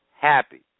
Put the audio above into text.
happy